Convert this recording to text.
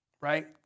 Right